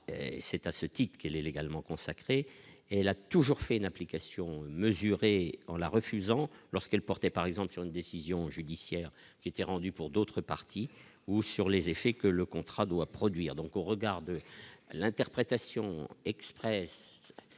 c'est à ce titre qu'il est légalement consacré et l'a toujours fait une application mesurée en la refusant lorsqu'elle portaient par exemple sur une décision judiciaire s'était rendu pour d'autres partis ou sur les effets que le contrat doit produire, donc, au regard de l'interprétation Express